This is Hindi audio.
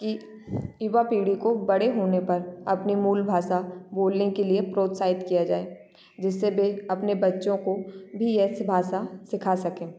कि युवा पीढ़ी को बड़े होने पर अपनी मूल भाषा बोलने के लिए प्रोत्साहित किया जाए जिससे वे अपने बच्चों को भी ऐसी भाषा सीखा सकें